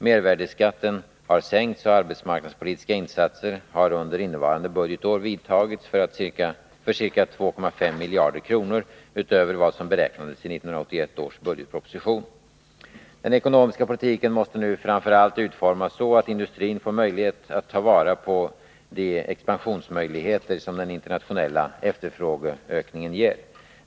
Mervärdeskatten har sänkts, och arbetsmarknadspolitiska insatser har under innevarande budgetår vidtagits för ca 2,5 miljarder kronor utöver vad som beräknades i 1981 års budgetproposition. Den ekonomiska politiken måste nu framför allt utformas så att industrin får möjlighet att ta vara på de expansionsmöjligheter som den internationella efterfrågeökningen ger.